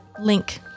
link